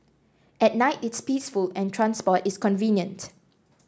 at night it's peaceful and transport is convenient